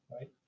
right